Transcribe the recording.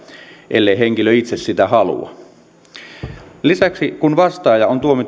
ellei henkilö itse sitä halua lisäksi kun vastaaja on tuomittu ehdottomaan vankeusrangaistukseen tuomioistuin